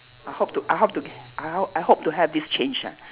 I hope to I hope to I ho~ I hope to have this change ah